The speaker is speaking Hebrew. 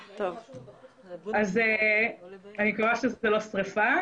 אני מקווה שזה לא שריפה,